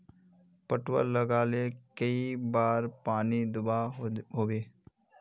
पटवा लगाले कई बार पानी दुबा होबे?